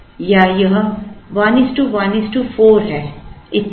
या यह 114 है इत्यादि